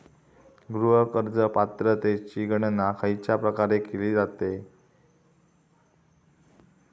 गृह कर्ज पात्रतेची गणना खयच्या प्रकारे केली जाते?